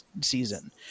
season